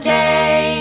day